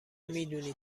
میدونی